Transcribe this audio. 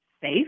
safe